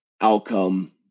outcome